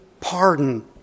pardon